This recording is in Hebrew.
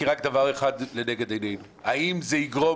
כי רק דבר אחד לנגד עינינו: האם זה יגרום